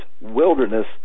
wilderness